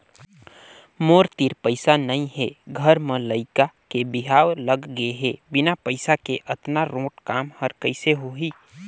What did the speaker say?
मोर तीर पइसा नइ हे घर म लइका के बिहाव लग गे हे बिना पइसा के अतना रोंट काम हर कइसे होही